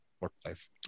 workplace